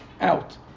out